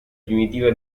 primitiva